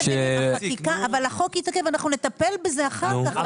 אנחנו נטפל בזה אחר כך.